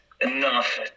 enough